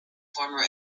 former